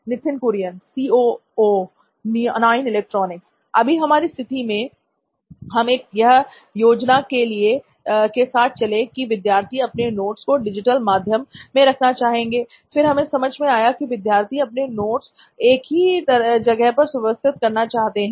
नित्थिन Kurian C O O नॉइन electronics अभी हमारी स्थिति में हम एक योजना के साथ चले की विद्यार्थी अपने नोट्स को डिजिटल माध्यम में रखना चाहेंगेl फिर हमें समझ में आया कि विद्यार्थी अपने नोट एक ही जगह पर सुव्यवस्थित करना चाहते हैं